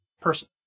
person